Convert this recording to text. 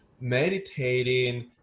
meditating